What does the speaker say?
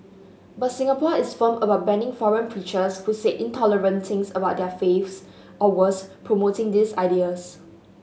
but Singapore is firm about banning foreign preachers who say intolerant things about other faiths or worse promoting these ideas